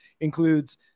includes